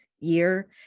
year